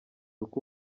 uko